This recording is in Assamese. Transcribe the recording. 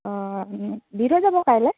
অঁ দি থৈ যাব কাইলৈ